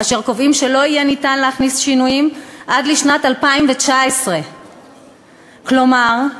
אשר קובעים שלא יהיה ניתן להכניס שינויים עד לשנת 2019. כלומר,